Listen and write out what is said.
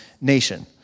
nation